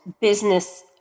business